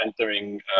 entering